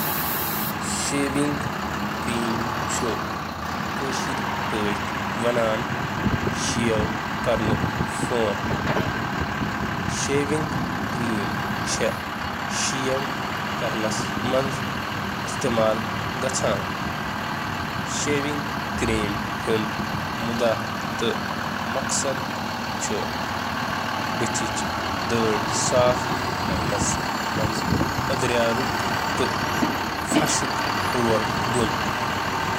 کریم shave کرنُک مقصد چھُ داڑھی ژٹنہٕ خٲطرٕ استعمال یِوان کرنہٕ تہٕ چھُ صابن بدلہٕ استعمال یِوان کرنہٕ۔